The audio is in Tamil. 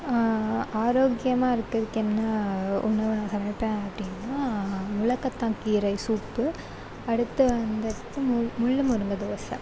ஆரோக்கியமாக இருக்கிறதுக்கு என்ன உணவு நான் சமைப்பேன் அப்படின்னா மொடக்கத்தான் கீரை சூப்பு அடுத்து வந்துட்டு முள் முருங்கை தோசை